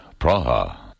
Praha